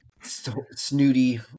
snooty